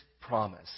promise